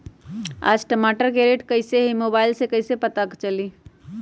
आज टमाटर के रेट कईसे हैं मोबाईल से कईसे पता चली?